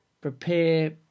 prepare